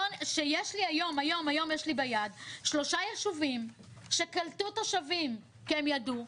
כשהיום יש לי ביד שלושה ישובים שקלטו תושבים כי הם ידעו,